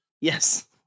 yes